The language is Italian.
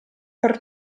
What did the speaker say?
per